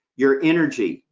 your energy,